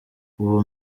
ubu